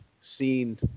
seen